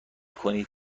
کنید